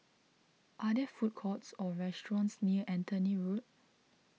are there food courts or restaurants near Anthony Road